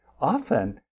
often